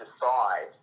decide